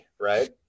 right